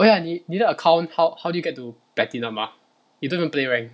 oh ya 你你的 account how how do you get to platinum ah you don't even play rank